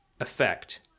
effect